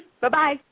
Bye-bye